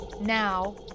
now